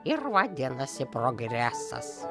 ir vadinasi progresas